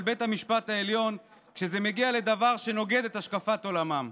בית המשפט העליון כשזה מגיע לדבר הנוגד את השקפת עולמם.